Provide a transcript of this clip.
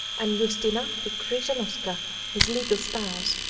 and justina de krzyzanowska his legal spouse.